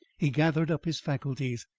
he gathered up his faculties.